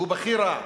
שהוא בכי רע,